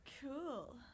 Cool